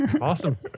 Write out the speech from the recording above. Awesome